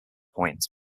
point